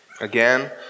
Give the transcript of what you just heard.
again